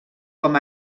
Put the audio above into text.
com